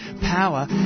power